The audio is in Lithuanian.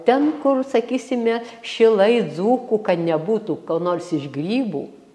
ten kur sakysime šilai dzūkų kad nebūtų ko nors iš grybų